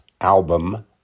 album